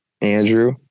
Andrew